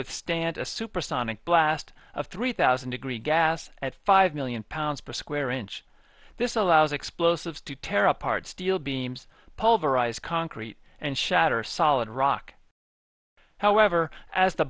withstand a supersonic blast of three thousand degree gas at five million pounds per square inch this allows explosives to tear apart steel beams pulverized concrete and shatter solid rock however as the